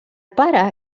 pare